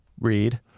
read